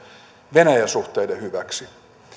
venäjä suhteiden hyväksi